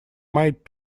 made